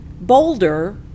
Boulder